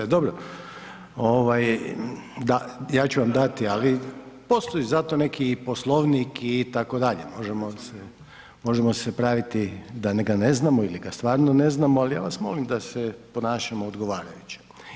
Dobro, ovaj ja ću vam dati, ali postoji za to i neki Poslovnik itd., možemo se, možemo se praviti da ga ne znamo ili ga stvarno ne znamo, ali ja vas molim da se ponašamo odgovarajuće.